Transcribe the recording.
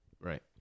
Right